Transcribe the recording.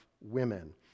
women